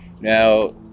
Now